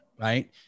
right